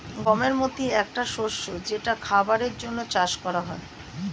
গমের মতি একটা শস্য যেটা খাবারের জন্যে চাষ করা হয়